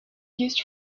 used